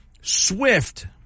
Swift